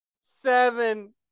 seven